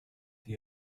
the